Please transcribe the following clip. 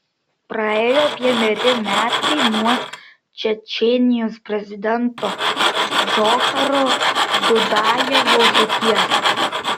praėjo vieneri metai nuo čečėnijos prezidento džocharo dudajevo žūties